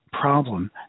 problem